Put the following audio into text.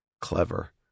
clever